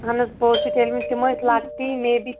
اہن حط پُۄز چھُ تیٚلہِ وۄنۍ تِم ٲسۍ لکٹی مے بی